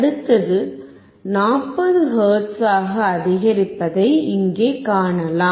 அடுத்தது 40 ஹெர்ட்ஸாக அதிகரிப்பதை இங்கே காணலாம்